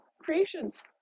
creations